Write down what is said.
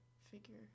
figure